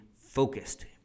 focused